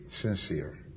sincere